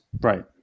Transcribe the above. right